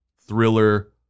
thriller